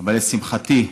אבל לשמחתי,